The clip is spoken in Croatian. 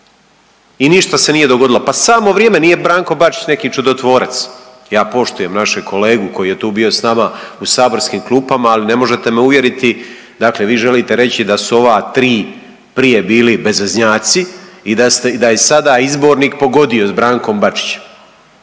i ništa se nije dogodilo. Pa samo vrijeme, nije Branko Bačić neki čudotvorac. Ja poštujem našeg kolegu koji je tu bio sa nama u saborskim klupama, ali ne možete me uvjeriti, dakle vi želite reći da su ova tri prije bili bezveznjaci i da je sada izbornik pogodio sa Brankom Bačićem.